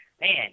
Man